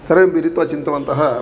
सर्वे मिलित्वा चिन्तितवन्तः